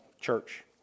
church